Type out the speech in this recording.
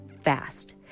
fast